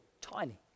tiny